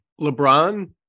LeBron